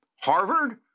Harvard